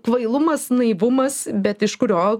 kvailumas naivumas bet iš kurio